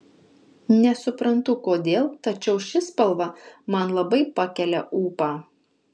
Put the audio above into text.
nesuprantu kodėl tačiau ši spalva man labai pakelia ūpą